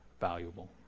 valuable